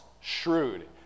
shrewd